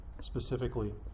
specifically